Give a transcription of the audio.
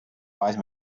wise